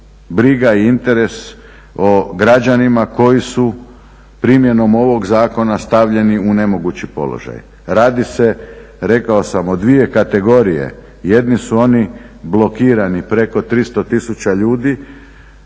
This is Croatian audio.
briga i interes o građanima koji su primjenom ovog zakona stavljeni u nemogući položaj. Radi se, rekao sam, o dvije kategorije. Jedni su oni blokirani, preko 300 000 ljudi